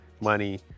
money